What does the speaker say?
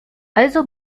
also